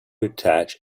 attach